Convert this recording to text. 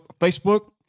Facebook